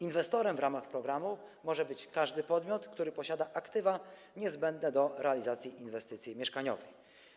Inwestorem w ramach programu może być każdy podmiot, który posiada aktywa niezbędne do realizacji inwestycji mieszkaniowej.